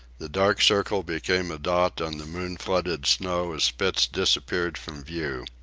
the dark circle became a dot on the moon-flooded snow as spitz disappeared from view.